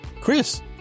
Chris